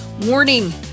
Warning